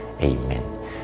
Amen